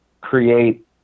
create